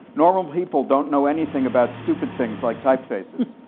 normal people don't know anything about stupid things like typefaces.